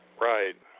Right